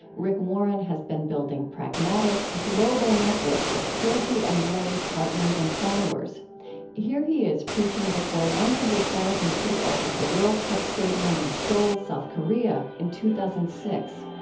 rick warren has been building pragmatic, global networks of clergy and lay partners and followers here he is preaching before one hundred thousand people at the world cup stadium in seoul, south korea, in two thousand and six